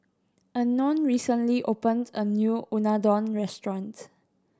Unknown recently opened a new Unadon restaurant